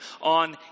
on